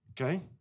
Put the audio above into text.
Okay